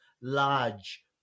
large